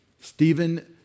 Stephen